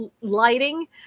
lighting